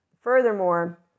Furthermore